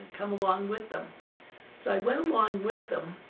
come along with them. so i went along with them,